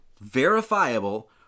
Verifiable